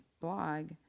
blog